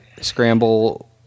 scramble